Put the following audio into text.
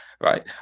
right